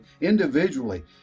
individually